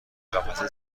قفسه